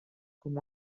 com